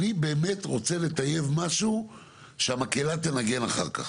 אני באמת רוצה לטייב משהו שהמקהלה תנגן אחר כך.